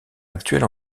actuelle